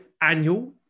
annual